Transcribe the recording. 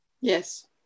Yes